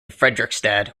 fredrikstad